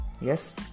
yes